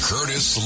Curtis